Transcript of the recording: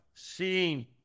seeing